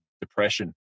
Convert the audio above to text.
depression